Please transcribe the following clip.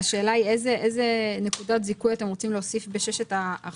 השאלה היא איזה נקודות זיכוי אתם רוצים להוסיף בששת החודשים.